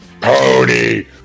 pony